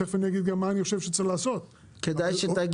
תיכף אני אגיד גם מה אני חושב מה צריך לעשות --- כדאי שתגיד,